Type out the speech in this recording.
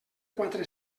quatre